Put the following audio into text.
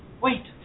wait